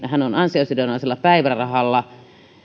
hän on ansiosidonnaisella päivärahalla